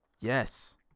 Yes